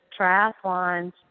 triathlons